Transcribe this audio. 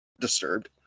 Disturbed